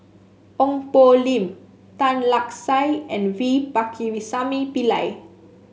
Ong Poh Lim Tan Lark Sye and V Pakirisamy Pillai